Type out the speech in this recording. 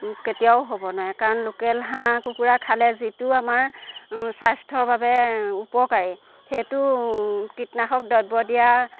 কেতিয়াও হ'ব নোৱাৰে কাৰণ লোকেল হাঁহ কুকুৰা খালে যিটো আমাৰ স্বাথ্য বাবে উপকাৰী সেইটো কীটনাশক দ্ৰব্য দিয়া